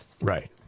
Right